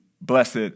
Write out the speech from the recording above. blessed